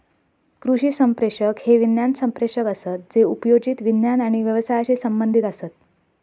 कृषी संप्रेषक हे विज्ञान संप्रेषक असत जे उपयोजित विज्ञान आणि व्यवसायाशी संबंधीत असत